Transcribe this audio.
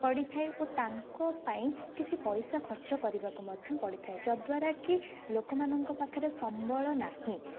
ପଡ଼ିଥାଏ ଓ ତାଙ୍କ ପାଇଁ କିଛି ପଇସା ଖର୍ଚ୍ଚ କରିବାକୁ ମଧ୍ୟ ପଡ଼ିଥାଏ ଯଦ୍ଦ୍ୱାରା କି ଲୋକ ମାନଙ୍କ ପାଖରେ ସମ୍ବଳ ନାହିଁ